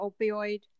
opioid